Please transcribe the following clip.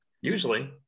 Usually